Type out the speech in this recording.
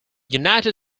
united